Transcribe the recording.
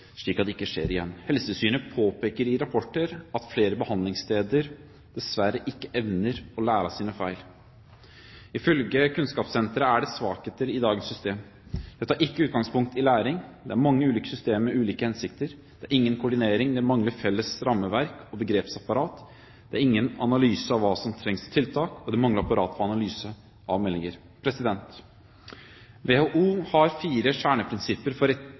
slik at det ikke skjer igjen. Helsetilsynet påpeker i rapporter at flere behandlingssteder dessverre ikke evner å lære av sine feil. Ifølge Kunnskapssenteret er det svakheter ved dagens system: Det tar ikke utgangspunkt i læring, det er mange ulike systemer med ulike hensikter, det er ingen koordinering, det mangler felles rammeverk og begrepsapparat, det er ingen analyse av hva som trengs av tiltak, og det mangler apparat for analyse av meldinger. WHO har fire kjerneprinsipper for